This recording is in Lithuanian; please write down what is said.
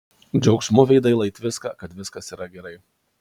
džiaugsmu veidai lai tviska kad viskas yra gerai